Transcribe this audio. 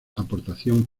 aportación